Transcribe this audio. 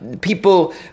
people